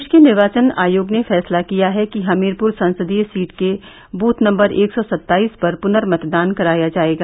प्रदेष के निर्वाचन आयोग ने फैसला किया है कि हमीरपुर संसदीय सीट के बूथ नम्बर एक सौ सत्ताईस पर प्रनर्मतदान कराया जायेगा